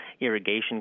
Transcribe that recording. irrigation